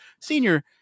senior